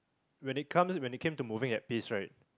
when it comes when it came to moving that piece right